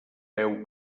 peu